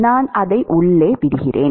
நான் அதை உள்ளே விடுகிறேன்